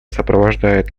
сопровождают